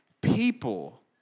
people